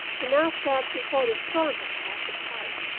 enough that before the storm had passed its height,